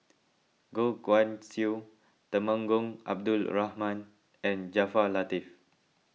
Goh Guan Siew Temenggong Abdul Rahman and Jaafar Latiff